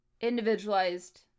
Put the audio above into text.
individualized